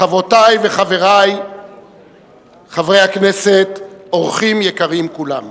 חברותי וחברי חברי הכנסת, אורחים יקרים כולם,